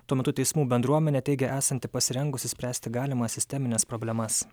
tuo metu teismų bendruomenė teigia esanti pasirengusi spręsti galimas sistemines problemas